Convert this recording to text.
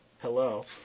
hello